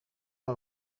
aba